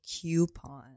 coupon